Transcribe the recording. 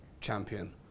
Champion